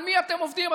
על מי אתם עובדים?